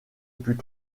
put